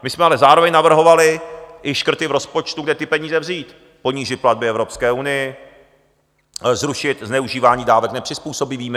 My jsme ale zároveň navrhovali i škrty v rozpočtu, kde ty peníze vzít: ponížit platby Evropské unii, zrušit zneužívání dávek nepřizpůsobivými.